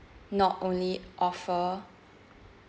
not only offer